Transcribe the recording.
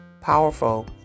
powerful